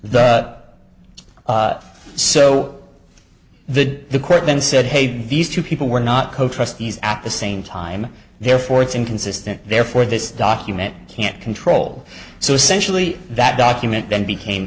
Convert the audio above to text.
the so the the court then said hey these two people were not co trustees at the same time therefore it's inconsistent therefore this document can't control so essentially that document then became